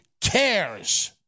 cares